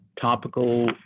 topical